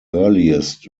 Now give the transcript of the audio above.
earliest